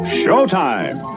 showtime